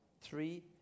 Three